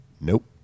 Nope